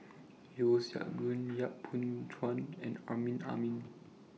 Yeo Siak Goon Yap Boon Chuan and Amrin Amin